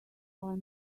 wartime